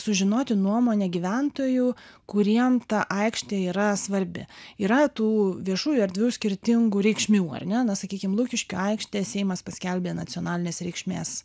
sužinoti nuomonę gyventojų kuriem ta aikštė yra svarbi yra tų viešųjų erdvių skirtingų reikšmių ar ne na sakykim lukiškių aikštę seimas paskelbė nacionalinės reikšmės